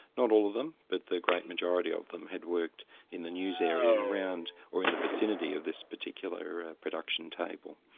not all of them, but the great majority of them had worked in the news area and around, or in the vicinity of this particular ah production table.